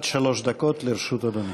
עד שלוש דקות לרשות אדוני.